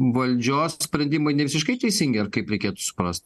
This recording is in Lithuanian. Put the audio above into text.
valdžios sprendimai nevisiškai teisingi ar kaip reikėtų suprast